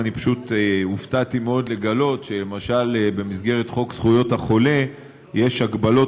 אני פשוט הופתעתי לגלות שלמשל במסגרת חוק זכויות החולה יש הגבלות